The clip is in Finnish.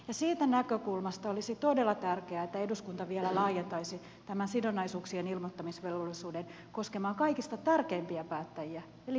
siitä näkökulmasta olisi todella tärkeää että eduskunta vielä laajentaisi tämän sidonnaisuuksien ilmoittamisvelvollisuuden koskemaan kaikista tärkeimpiä päättäjiä eli valtuutettuja